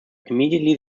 immediately